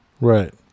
Right